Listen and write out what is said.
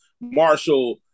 Marshall